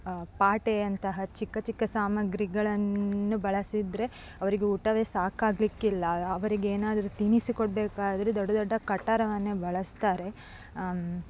ಪಾಟೆಯಂತಹ ಚಿಕ್ಕ ಚಿಕ್ಕ ಸಾಮಾಗ್ರಿಗಳನ್ನು ಬಳಸಿದರೆ ಅವರಿಗೆ ಊಟವೇ ಸಾಕಾಗಲಿಕ್ಕಿಲ್ಲ ಅವರಿಗೇನಾದ್ರೂ ತಿನ್ನಿಸಿಕೊಡ್ಬೇಕಾದ್ರೆ ದೊಡ್ಡ ದೊಡ್ಡ ಕಟಾರವನ್ನೇ ಬಳಸ್ತಾರೆ